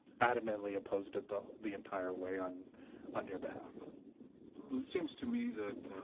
adamantly opposed it the the entire way on on your behalf. well, it seems to me that